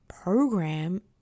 program